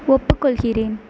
ஒப்புக்கொள்கிறேன்